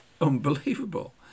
unbelievable